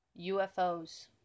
UFOs